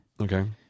okay